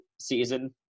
season